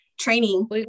training